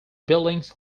buildings